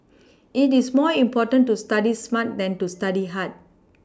it is more important to study smart than to study hard